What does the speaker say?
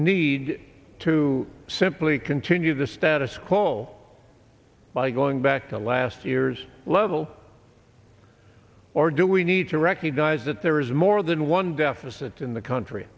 need to simply continue the status quo by going back to last year's level or do we need to recognize that there is more than one deficit in the country